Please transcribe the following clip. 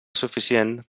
suficient